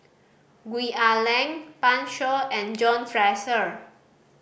Gwee Ah Leng Pan Shou and John Fraser